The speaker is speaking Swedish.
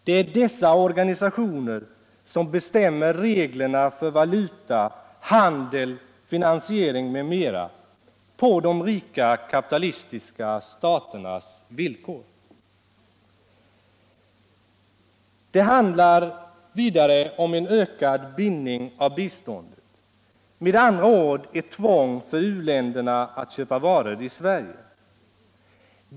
Det är dessa organisationer som bestämmer reglerna för valuta, handel, finansiering m.m. på de rika kapitalistiska staternas villkor. Det handlar vidare om en ökad bindning av biståndet, med andra ord et tvång för u-länderna att köpa varor i Sverige.